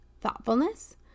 thoughtfulness